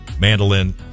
mandolin